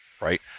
right